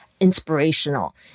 inspirational